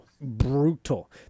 brutal